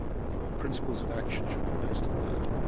your principles of action, should be based on that.